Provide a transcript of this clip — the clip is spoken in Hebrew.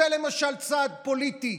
זה למשל צעד פוליטי,